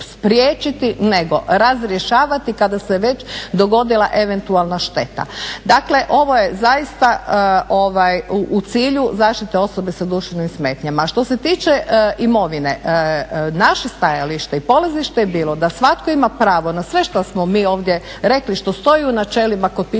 nego razrješavati kada se već dogodila eventualna šteta. Dakle, ovo je zaista u cilju zaštite osobe sa duševnim smetnjama. A što se tiče imovine, naše stajalište i polazište je bilo da svatko ima pravo na sve što smo mi ovdje rekli što stoji u načelima kod pisanja